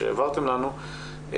שהעברתם לנו,